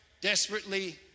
desperately